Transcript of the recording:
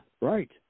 right